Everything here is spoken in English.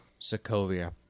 Sokovia